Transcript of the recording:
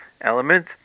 element